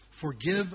Forgive